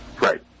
Right